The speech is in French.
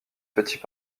petits